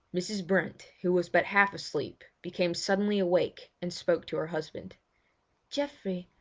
mrs. brent, who was but half-asleep, became suddenly awake and spoke to her husband geoffrey,